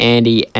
Andy